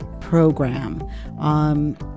program